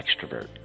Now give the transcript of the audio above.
extrovert